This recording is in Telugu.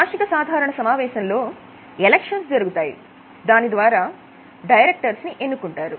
వార్షిక సాధారణ సమావేశంలో ఎలక్షన్స్ జరుగుతాయి దానిద్వారా డైరెక్టర్స్ ని ఎన్నుకుంటారు